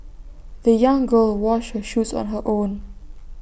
the young girl washed her shoes on her own